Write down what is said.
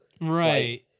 Right